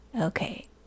Okay